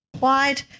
wide